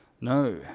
No